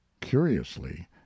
curiously